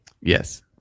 Yes